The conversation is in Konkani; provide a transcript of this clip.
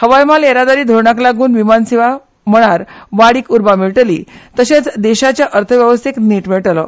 हवाई म्हाल येरादारी धोरणाक लागून विमान सेवा म्हळ्यार वाडीक उर्बा मेळटली तशेंच देशाचे अर्थ वेवस्थेक नेट मेळटलो